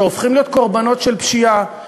שהופכים להיות קורבנות של פשיעה,